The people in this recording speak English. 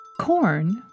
Corn